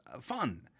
fun